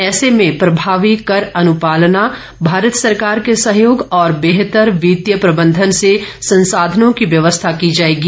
ऐसे में प्रभावी कर अनुपालना भारत सरकार के सहयोग और बेहतर वित्तीय प्रबंधन से संसाधनों की व्यवस्था की जाएगी